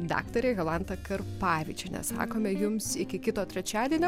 daktarė jolanta karpavičienė sakome jums iki kito trečiadienio